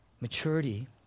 Maturity